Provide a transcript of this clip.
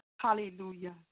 Hallelujah